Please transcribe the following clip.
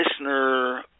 listener